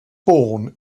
born